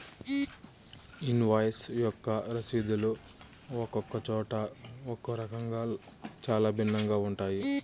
invoice యొక్క రసీదులు ఒక్కొక్క చోట ఒక్కో రకంగా చాలా భిన్నంగా ఉంటాయి